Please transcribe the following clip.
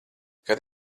kad